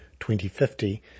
2050